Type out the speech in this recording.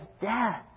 death